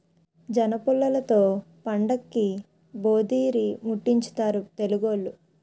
జనపుల్లలతో పండక్కి భోధీరిముట్టించుతారు తెలుగోళ్లు